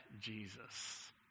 Jesus